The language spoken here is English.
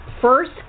first